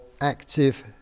active